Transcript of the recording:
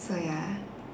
so ya